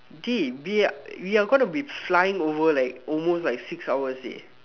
dey we we are gonna be flying over like almost like six hours eh